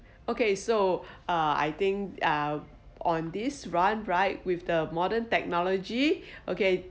okay so uh I think uh on this run right with the modern technology okay